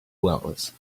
wells